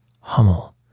Hummel